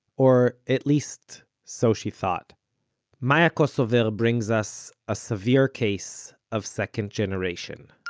or at least so she thought maya kosover brings us a severe case of second generation.